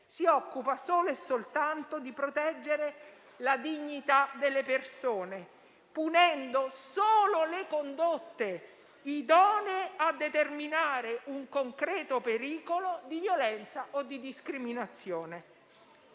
si occupa soltanto di proteggere la dignità delle persone, punendo solo le condotte idonee a determinare un concreto pericolo di violenza o di discriminazione.